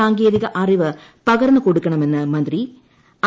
സാങ്കേതിക അറിവ് പകർന്നുകൊടുക്കണമന്ന് മന്ത്രി ഐ